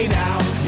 now